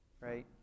right